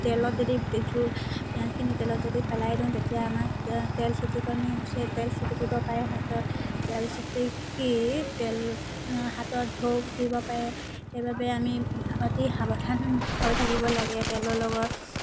তেলত যদি জোৰ পিঁয়াজখিনি তেলত যদি পেলাই দিওঁ তেতিয়া আমাৰ তে তেল ছিটিকণি তেল ছিটিকিব পাৰে হাতত তেল ছিটিকি তেল হাতত ঢৌ উঠিব পাৰে সেইবাবে আমি অতি সাৱধান হৈ থাকিব লাগে তেলৰ লগত